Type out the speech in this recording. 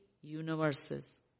universes